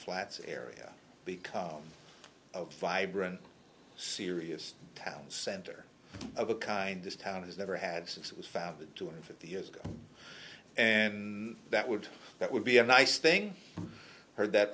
flats area because of vibrant serious town center of a kind this town has never had sex it was found two hundred fifty years ago and that would that would be a nice thing heard that